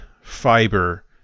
fiber